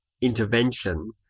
intervention